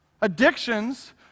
Addictions